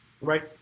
right